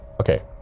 Okay